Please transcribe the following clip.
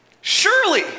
Surely